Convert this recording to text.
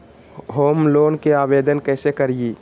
Home loan के आवेदन कैसे करि?